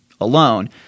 alone